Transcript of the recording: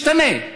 משתנה.